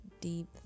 deep